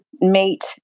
meet